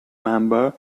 member